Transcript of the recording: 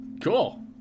Cool